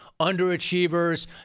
underachievers